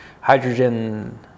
hydrogen